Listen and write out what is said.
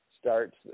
starts